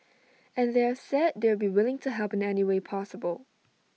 and they've said they'd be willing to help in any way possible